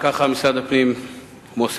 כך משרד הפנים מוסר,